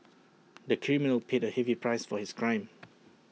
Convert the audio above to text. the criminal paid A heavy price for his crime